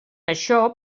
això